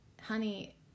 honey